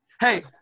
Hey